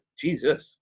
Jesus